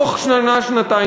ובתוך שנה-שנתיים,